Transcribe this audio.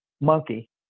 monkey